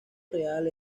real